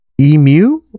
emu